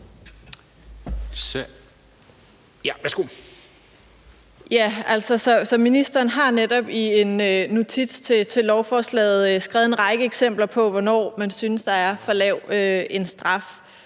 Ministeren har netop i en notits til lovforslaget skrevet en række eksempler på, hvornår man synes der er for lav en straf.